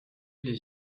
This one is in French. les